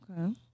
Okay